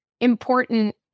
important